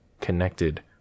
connected